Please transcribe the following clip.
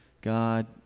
God